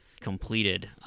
completed